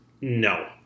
no